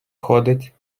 ходить